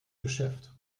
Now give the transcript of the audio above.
geschäft